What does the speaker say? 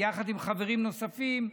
יחד עם חברים נוספים,